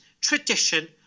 tradition